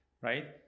Right